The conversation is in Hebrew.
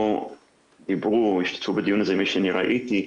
פה דיברנו והשתתפו בדיון הזה ממי שאני ראיתי,